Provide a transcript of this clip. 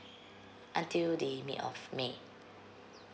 until the mid of may